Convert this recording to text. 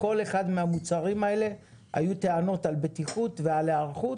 בכל אחד מהמוצרים האלה היו טענות על בטיחות ועל היערכות